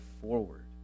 forward